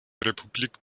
republik